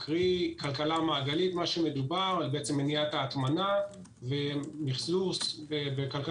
כלומר כלכלה מעגלית ומניעת הטמנה ומיחזור ברמה